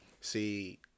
See